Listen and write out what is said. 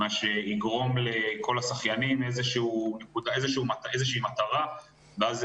זה ייתן לכל השחיינים איזו מטרה ואז